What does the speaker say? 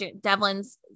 Devlin's